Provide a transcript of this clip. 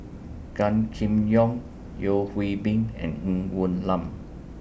Gan Kim Yong Yeo Hwee Bin and Ng Woon Lam